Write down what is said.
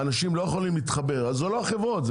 האנשים לא יכולים להתחבר זה לא החברות,